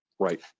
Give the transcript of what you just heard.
Right